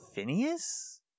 Phineas